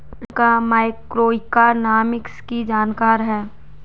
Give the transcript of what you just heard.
Priyanka macroeconomics की जानकार है